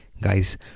Guys